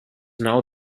now